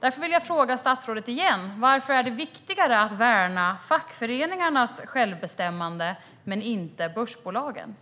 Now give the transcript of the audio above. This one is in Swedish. Därför vill jag fråga statsrådet igen: Varför är det viktigare att värna fackföreningarnas självbestämmande än börsbolagens?